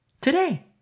today